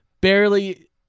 barely